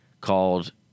called